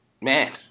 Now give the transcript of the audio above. Man